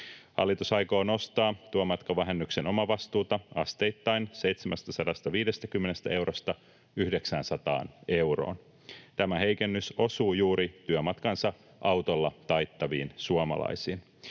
Hallitus aikoo nostaa työmatkavähennyksen omavastuuta asteittain 750 eurosta 900 euroon. Tämä heikennys osuu juuri työmatkansa autolla taittaviin suomalaisiin.